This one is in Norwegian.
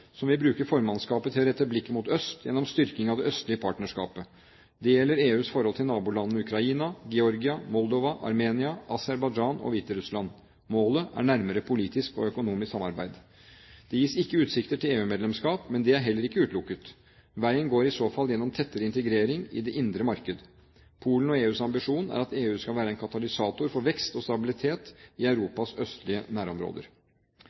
som vil bruke formannskapet til å rette blikket mot øst gjennom styrking av det østlige partnerskapet. Det gjelder EUs forhold til nabolandene Ukraina, Georgia, Moldova, Armenia, Aserbajdsjan og Hviterussland. Målet er et nærmere politisk og økonomisk samarbeid. Det gis ikke utsikter til EU-medlemskap, men det er heller ikke utelukket. Veien går i så fall gjennom tettere integrering i det indre markedet. Polens og EUs ambisjon er at EU skal være en katalysator for vekst og stabilitet i Europas østlige nærområder.